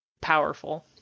powerful